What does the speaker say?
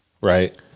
right